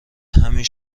همین